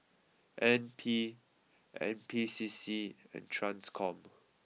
N P N P C C and Transcom